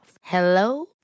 Hello